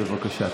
בבקשה.